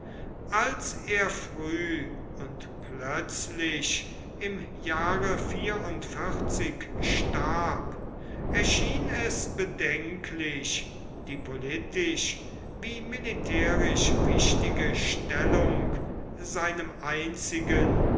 als er früh und plötzlich im jahre starb erschien es bedenklich die politisch wie militärisch wichtige stellung seinem einzigen